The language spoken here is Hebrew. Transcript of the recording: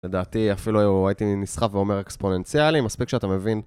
לדעתי אפילו הייתי נסחף ואומר אקספוננציאלי מספיק שאתה מבין